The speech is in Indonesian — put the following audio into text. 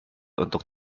untuk